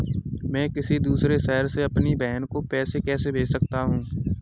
मैं किसी दूसरे शहर से अपनी बहन को पैसे कैसे भेज सकता हूँ?